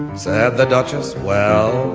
said the duchess. well.